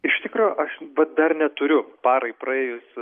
iš tikro aš vat dar neturiu parai praėjus